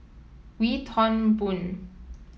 Wee Toon Boon